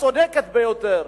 הצודקת ביותר,